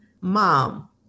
Mom